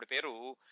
Peru